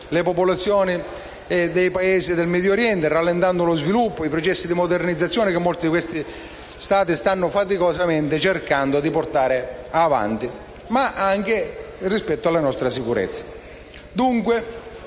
le popolazioni dei Paesi del Medio Oriente, rallentando lo sviluppo dei processi di modernizzazione che molti di questi Stati stanno faticosamente cercando di portare avanti, ma anche la nostra sicurezza.